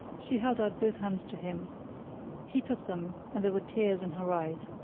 she held out both hands to him he took them, and there were tears in her eyes.